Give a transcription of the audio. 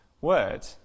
word